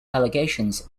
allegations